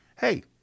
hey